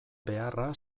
beharra